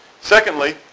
Secondly